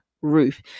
roof